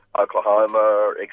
Oklahoma